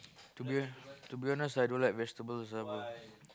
to be to be honest I don't like vegetable also bro